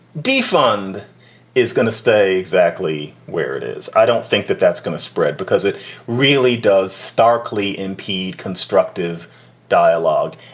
defund is going to stay exactly where it is. i don't think that that's going to spread because it really does starkly impede constructive dialogue.